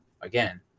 again